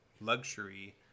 luxury